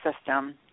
system